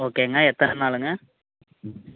ஓகேங்க எத்தனை நாளுங்க